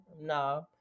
no